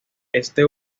este